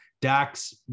Dax